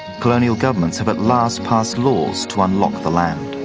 colonial governments have at last passed laws to unlock the land.